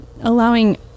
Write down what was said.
allowing